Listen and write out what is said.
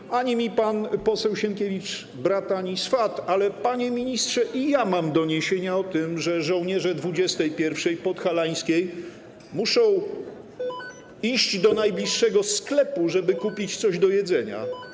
I ani mi pan poseł Sienkiewicz brat, ani swat, ale panie ministrze, i ja mam doniesienia o tym, że żołnierze 21. podhalańskiej muszą iść do najbliższego sklepu, żeby kupić coś do jedzenia.